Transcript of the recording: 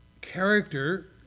character